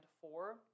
four